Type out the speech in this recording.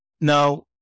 Now